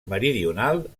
meridional